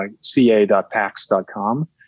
ca.pax.com